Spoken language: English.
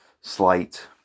slight